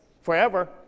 Forever